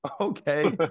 okay